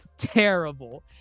terrible